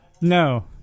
No